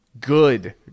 good